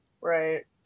Right